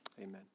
amen